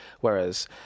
whereas